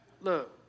Look